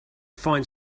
find